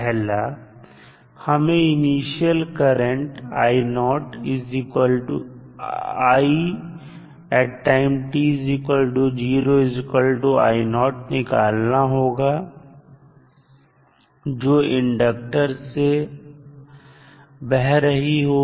पहला हमें initial current i निकालना होगा जो इंडक्टर सर से बह रही है